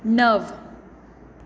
णव